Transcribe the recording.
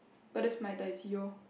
but that's my taiji loh